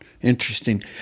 Interesting